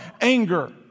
anger